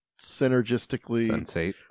synergistically